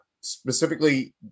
specifically